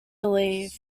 believe